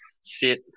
sit